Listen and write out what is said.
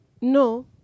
No